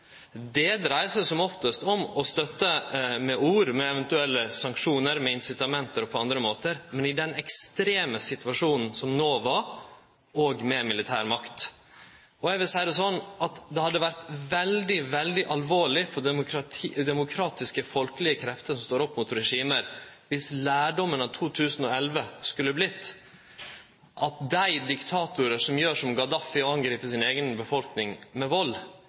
Det dreiar seg som oftast om å støtte med ord, med eventuelle sanksjonar, med incitament og på andre måtar, men i den ekstreme situasjonen som no var, òg med militær makt. Eg vil seie det slik at det hadde vore veldig alvorleg for demokratiske, folkelege krefter som står opp mot regimet, om lærdommen etter 2011 skulle blitt at dei diktatorane som gjer som Gaddafi og angrip si eiga befolkning med vald,